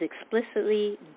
explicitly